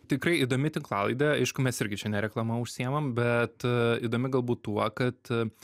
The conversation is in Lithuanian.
tikrai įdomi tinklalaidė aišku mes irgi čia ne reklama užsiimam bet įdomi galbūt tuo kad